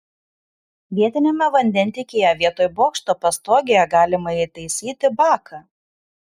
vietiniame vandentiekyje vietoj bokšto pastogėje galima įtaisyti baką